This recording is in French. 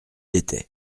était